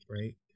right